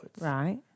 Right